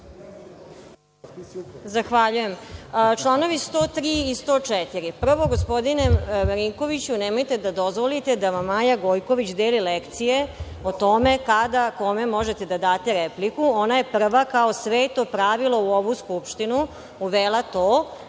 Zahvaljujem. Članovi 103. i 104. Prvo, gospodine Marinkoviću nemojte da dozvolite da vam Maja Gojković deli lekcije o tome kada kome možete da date repliku. Ona je prva kao sveto pravilo u ovu Skupštinu uvela to